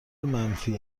منفی